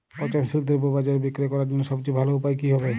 পচনশীল দ্রব্য বাজারে বিক্রয় করার জন্য সবচেয়ে ভালো উপায় কি হবে?